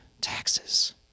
taxes